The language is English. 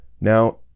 Now